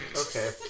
Okay